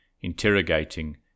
interrogating